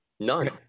None